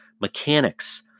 mechanics